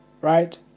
right